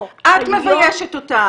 לא, היום --- את מביישת אותם.